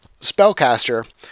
spellcaster